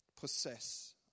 possess